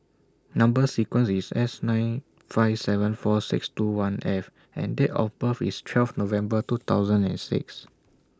Number sequence IS S nine five seven four six two one F and Date of birth IS twelve November two thousand and six